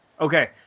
okay